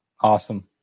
Awesome